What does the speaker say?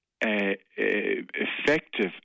effective